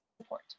support